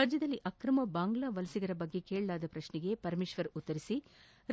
ರಾಜ್ಯದಲ್ಲಿ ಅಕ್ರಮ ಬಾಂಗ್ಲಾ ವಲಸಿಗರ ಬಗ್ಗೆ ಕೇಳಲಾದ ಪ್ರಶ್ನೆಗೆ ಪರಮೇಶ್ವರ್ ಉತ್ತರಿಸಿ